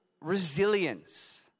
Resilience